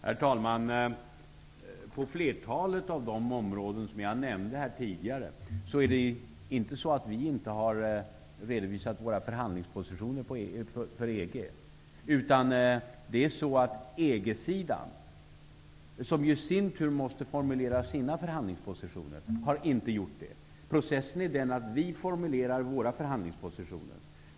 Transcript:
Herr talman! På flertalet av de områden som jag nämnde tidigare är det inte så att vi inte redovisat våra förhandlingspositioner, utan det är så att EG sidan -- som i sin tur måste formulera sina förhandlingspositioner -- inte har gjort det. Vi formulerar våra förhandligspositioner.